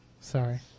Sorry